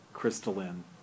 crystalline